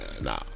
Nah